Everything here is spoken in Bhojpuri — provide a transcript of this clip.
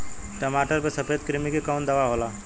टमाटर पे सफेद क्रीमी के कवन दवा होला?